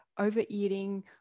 Overeating